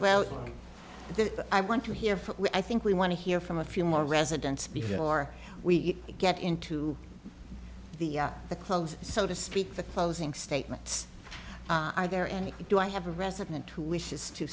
well i want to hear from i think we want to hear from a few more residents before we get into the the clothes so to speak the closing statements are there and do i have a resident who wishes to